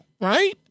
right